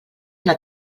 una